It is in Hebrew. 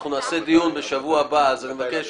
אנחנו נקיים דיון בשבוע הבא אז אני מבקש